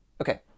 Okay